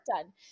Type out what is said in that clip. done